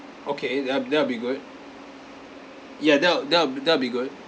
okay that'll that'll be good ya that'll that'll that'll be good